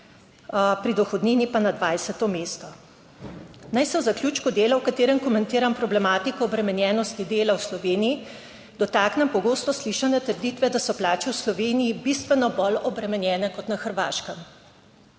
pri dohodnini pa na 20. mesto. Naj se v zaključku dela, v katerem komentiram problematiko obremenjenosti dela v Sloveniji, dotaknem pogosto slišane trditve, da so plače v Sloveniji bistveno bolj obremenjene kot na Hrvaškem.